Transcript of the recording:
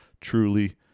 truly